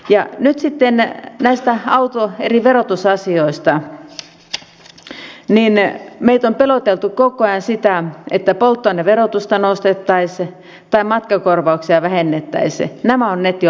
nyt sitten näistä eri verotusasioista meitä on peloteltu koko ajan sillä että polttoaineverotusta nostettaisiin tai matkakorvauksia vähennettäisiin